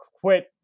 quit